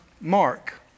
Mark